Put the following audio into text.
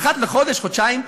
לחודשיים,